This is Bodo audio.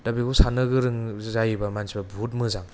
दा बेखौ सान्नो गोरों जायोबा मानसिफोरा बुहुद मोजां